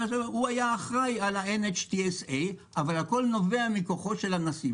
אחראי על ה-NHTSA אבל הכול נובע מכוחו של הנשיא.